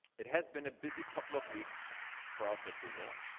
it has been a busy couple of weeks for us at google.